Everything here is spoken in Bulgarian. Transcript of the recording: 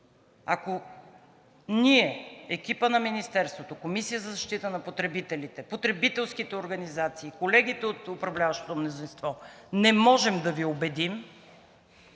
ако ние, екипът на Министерството, Комисията за защита на потребителите, потребителските организации, колегите от управляващото мнозинство не можем да Ви убедим,